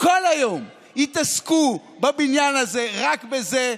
כל היום התעסקו בבניין הזה רק בזה.